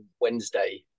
Wednesday